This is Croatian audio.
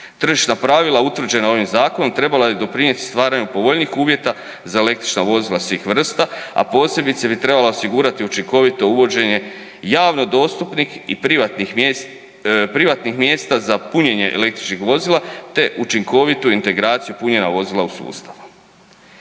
Tržišna pravila utvrđena ovim zakonom trebala bi doprinijeti stvaranju povoljnijih uvjeta za električna vozila svih vrsta, a posebice bi treba osigurati učinkovito uvođenje javno dostupnih i privatnih mjesta za punjenje električnih vozila te učinkovitu integraciju punjenja vozila u sustavu.